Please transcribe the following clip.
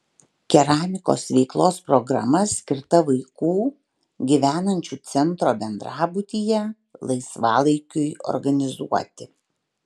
keramikos veiklos programa skirta vaikų gyvenančių centro bendrabutyje laisvalaikiui organizuoti